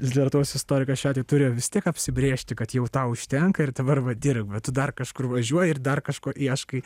literatūros istorikas šiuo atveju turi vis tiek apsibrėžti kad jau tau užtenka ir dabar va dirba vat tu dar kažkur važiuoji ir dar kažko ieškai